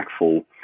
impactful